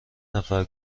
نفر